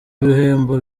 bihembo